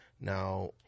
Now